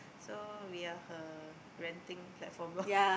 so we are her ranting platform lorh